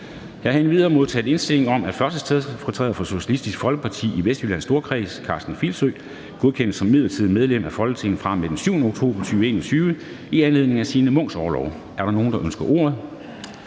Jeg har endvidere modtaget indstilling om, at 1. stedfortræder for Socialistisk Folkeparti i Vestjyllands Storkreds, Karsten Filsø, godkendes som midlertidigt medlem af Folketinget fra og med den 7. oktober 2021 i anledning af Signe Munks orlov. Er der nogen, der ønsker ordet?